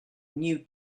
new